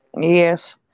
Yes